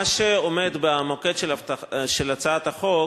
מה שעומד במוקד של הצעת החוק